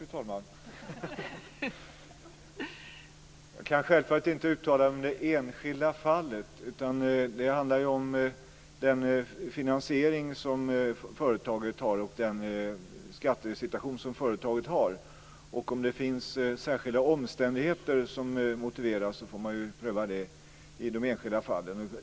Fru talman! Jag kan självfallet inte uttala mig i det enskilda fallet. Det handlar ju om den finansiering och den skattesituation som företaget har. Om det finns särskilda omständigheter som motiverar det, får man göra en prövning i de enskilda fallen.